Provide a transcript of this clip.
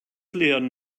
leeren